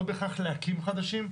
לא בהכרח להקים חדשים,